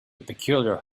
peculiar